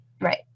Right